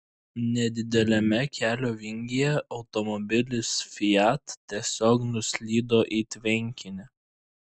nedideliame kelio vingyje automobilis fiat tiesiog nuslydo į tvenkinį